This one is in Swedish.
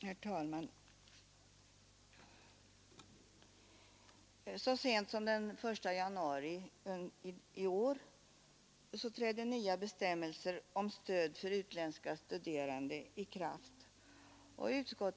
Herr talman! Så sent som den 1 januari i år trädde nya bestämmelser om stöd för utländska studerande i kraft.